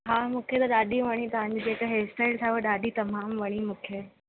हा मूंखे त ॾाढी वणी तव्हांजी जेका हेयर स्टाइल अथव ॾाढी तमामु वणी मूंखे